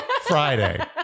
Friday